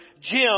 Jim